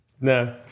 No